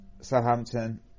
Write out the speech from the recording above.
Southampton